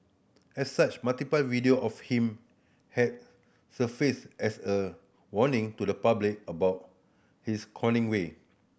as such multiple video of him has surfaced as a warning to the public about his conning way